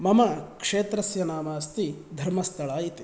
मम क्षेत्रस्य नाम अस्ति धर्मस्थला इति